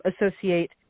associate